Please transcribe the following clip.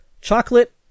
chocolate